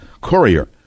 courier